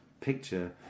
picture